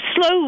slow